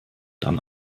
dann